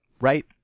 right